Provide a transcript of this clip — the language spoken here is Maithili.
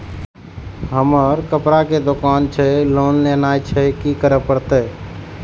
हमर कपड़ा के दुकान छे लोन लेनाय छै की करे परतै?